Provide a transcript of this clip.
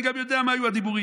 אני גם יודע מה היו הדיבורים.